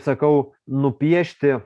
sakau nupiešti